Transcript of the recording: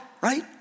right